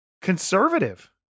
conservative